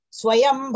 Swayam